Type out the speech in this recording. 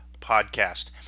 podcast